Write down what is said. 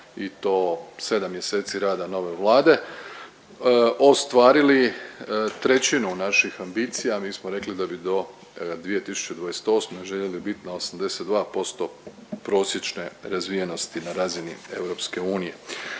i to 7 mjeseci rada nove Vlade ostvarili trećinu naših ambicija. Mi smo rekli da bi do 2028. željeli bit na 82% prosječne razvijenosti na razini EU.